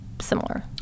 similar